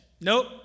Nope